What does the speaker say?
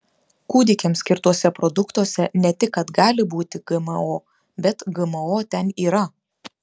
kūdikiams skirtuose produktuose ne tik kad gali būti gmo bet gmo ten yra